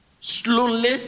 slowly